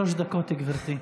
שלוש דקות, גברתי.